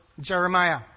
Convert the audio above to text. Jeremiah